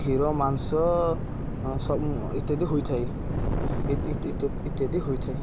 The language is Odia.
କ୍ଷୀର ମାଂସ ଇତ୍ୟାଦି ହୋଇଥାଏ ଇତ୍ୟାଦି ହୋଇଥାଏ